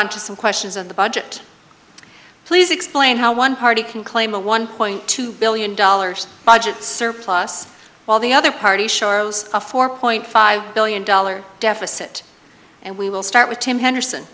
on to some questions of the budget please explain how one party can claim a one point two billion dollars budget surplus while the other party shiloh's a four point five billion dollars deficit and we will start with ten henderson